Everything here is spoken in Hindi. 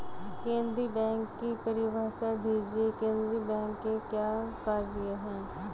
केंद्रीय बैंक की परिभाषा दीजिए केंद्रीय बैंक के क्या कार्य हैं?